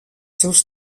seus